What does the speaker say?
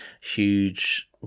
huge